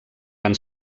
van